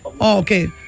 Okay